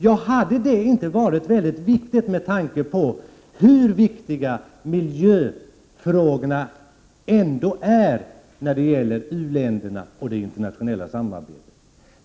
Ja, hade inte det varit betydelsefullt, med tanke på hur viktiga miljöfrågorna är för u-länderna och det internationella samarbetet?